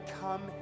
come